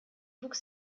wuchs